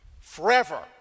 forever